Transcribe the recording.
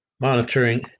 Monitoring